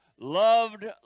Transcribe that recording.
loved